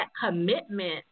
commitment